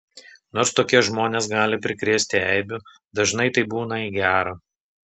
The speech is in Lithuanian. nors tokie žmonės gali prikrėsti eibių dažnai tai būna į gera